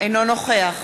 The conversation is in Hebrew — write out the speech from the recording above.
אינו נוכח